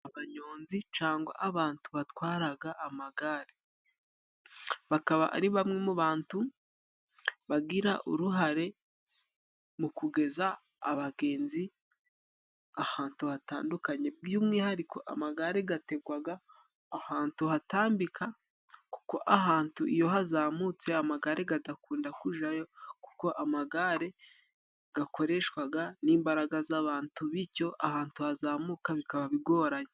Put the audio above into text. Abanyonzi cangwa abantu batwaraga amagare, bakaba ari bamwe mu bantu bagira uruhare mu kugeza abagenzi ahantu hatandukanye, by'umwihariko amagare gategwaga ahantu hatambika kuko ahantu iyo hazamutse amagare gadakunda kujayo kuko amagare gakoreshwaga n'imbaraga z'abantu bityo ahantu hazamuka bikaba bigoranye.